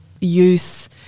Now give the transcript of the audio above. use